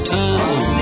time